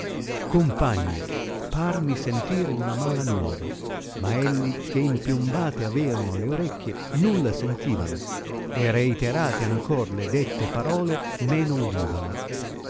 compagni parmi sentire una mala nuova ma elli che impiombate aveano le orecchie nulla sentivano e reiterate ancor le dette parole meno udivano